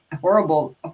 horrible